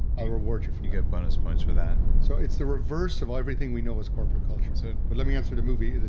i'll reward you for that you get bonus points for that so it's the reverse of everything we know as corporate culture. so but let me answer the movie, the